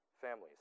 families